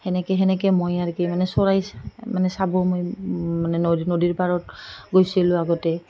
সেনেকৈ সেনেকৈ মই আৰু কি মানে চৰাই মানে চাব মই মানে নদীৰ পাৰত গৈছিলোঁ আগতে